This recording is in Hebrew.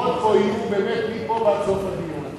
תגובות פה יהיו באמת מפה ועד סוף הדיון.